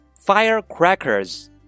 Firecrackers